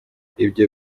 ibyo